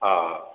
ହଁ